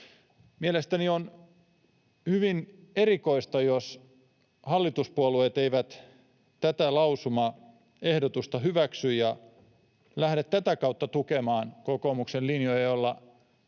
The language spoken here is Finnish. Mielestäni on hyvin erikoista, jos hallituspuolueet eivät tätä lausumaehdotusta hyväksy ja lähde tätä kautta tukemaan kokoomuksen linjoja, joilla me